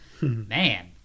Man